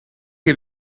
che